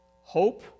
hope